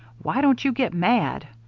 why don't you get mad?